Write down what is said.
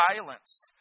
silenced